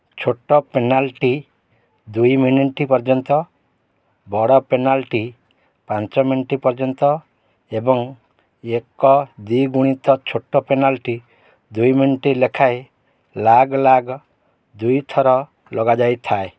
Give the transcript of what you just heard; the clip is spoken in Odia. ଛୋଟ ପେନାଲ୍ଟି ଦୁଇ ମିନିଟ୍ ପର୍ଯ୍ୟନ୍ତ ବଡ଼ ପେନାଲ୍ଟି ପାଞ୍ଚ ମିନିଟ୍ ପର୍ଯ୍ୟନ୍ତ ଏବଂ ଏକ ଦ୍ୱିଗୁଣିତ ଛୋଟ ପେନାଲ୍ଟି ଦୁଇ ମିନିଟ୍ ଲେଖାଏଁ ଲାଗଲାଗ ଦୁଇଥର ଲଗାଯାଇଥାଏ